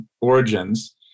origins